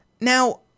Now